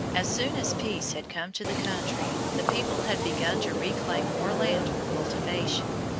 as soon as peace had come to the country the people had begun to reclaim more land for cultivation.